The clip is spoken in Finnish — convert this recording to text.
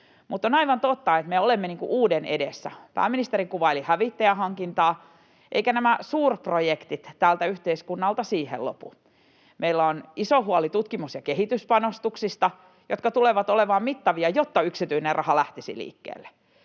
Mutta on aivan totta, että me olemme uuden edessä. Pääministeri kuvaili hävittäjähankintaa, eivätkä nämä suurprojektit tältä yhteiskunnalta siihen lopu. Meillä on iso huoli tutkimus- ja kehityspanostuksista, jotka tulevat olemaan mittavia, jotta yksityinen raha lähtisi liikkeelle.